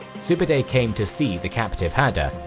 sube'etei came to see the captive hada,